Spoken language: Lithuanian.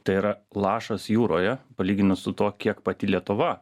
tai yra lašas jūroje palyginus su tuo kiek pati lietuva